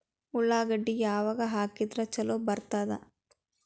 ಉಳ್ಳಾಗಡ್ಡಿ ಯಾವಾಗ ಹಾಕಿದ್ರ ಛಲೋ ಬರ್ತದ?